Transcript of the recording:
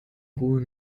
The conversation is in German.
ruhe